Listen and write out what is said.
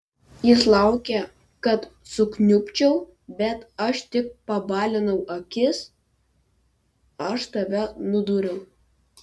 jis laukia kad sukniubčiau bet aš tik pabalinu akis aš tave nudūriau